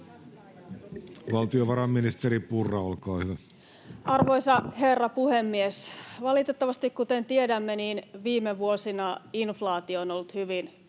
Valtiovarainministeri Purra, olkaa hyvä Arvoisa herra puhemies! Valitettavasti, kuten tiedämme, viime vuosina inflaatio on ollut hyvin korkeaa.